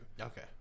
Okay